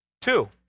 Two